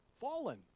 fallen